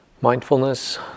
mindfulness